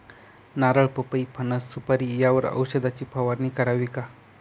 नारळ, पपई, फणस, सुपारी यावर औषधाची फवारणी करावी का?